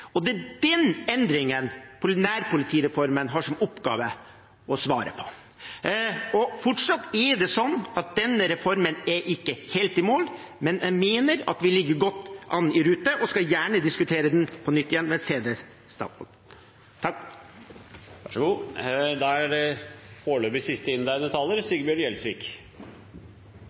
og det er den endringen nærpolitireformen har som oppgave å svare på. Fortsatt er det slik at denne reformen ikke er helt i mål, men jeg mener at vi ligger godt an, at vi er i rute, og jeg skal gjerne diskutere den på nytt